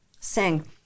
sing